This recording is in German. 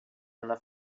einer